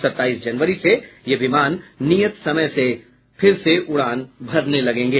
सत्ताईस जनवरी से ये विमान नियत समय से उड़ान भरेंगे